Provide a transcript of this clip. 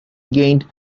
gained